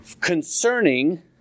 Concerning